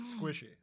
Squishy